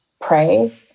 pray